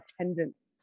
attendance